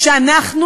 שאנחנו